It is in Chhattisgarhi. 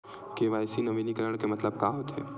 के.वाई.सी नवीनीकरण के मतलब का होथे?